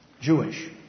Jewish